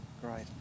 Great